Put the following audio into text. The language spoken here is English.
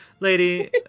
Lady